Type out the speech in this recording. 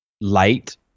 light